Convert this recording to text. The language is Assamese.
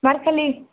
ভাত খালি